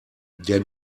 der